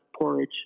porridge